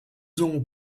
ont